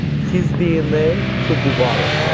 his dna should be bottled.